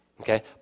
okay